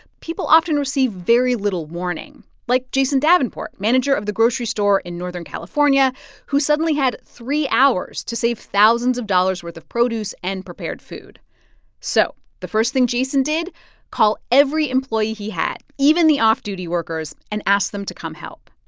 people often receive very little warning, like jason davenport, manager of the grocery store in northern california who suddenly had three hours to save thousands of dollars' worth of produce and prepared food so the first thing jason did call every employee he had, even the off-duty workers, and asked them to come help.